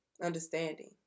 Understanding